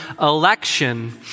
Election